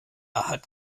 hat